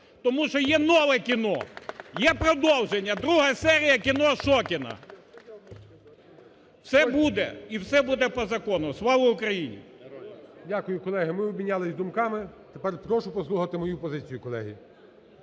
тому що є нове кіно, є продовження – друга серія "кіно Шокіна". Все буде і все буде по закону! Слава Україні! ГОЛОВУЮЧИЙ. Дякую, колеги. Ми обмінялися думками, тепер прошу послухати мою позицію, колеги.